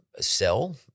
sell